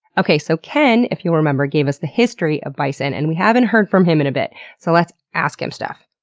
okay, so ken, if you remember, gave us the history of bison and we haven't heard from him in a bit, so let's ask him stuff.